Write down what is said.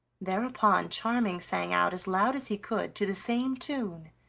thereupon charming sang out as loud as he could to the same tune